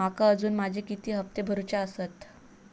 माका अजून माझे किती हप्ते भरूचे आसत?